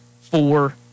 four